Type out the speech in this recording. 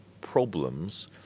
problems